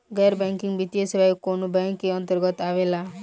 गैर बैंकिंग वित्तीय सेवाएं कोने बैंक के अन्तरगत आवेअला?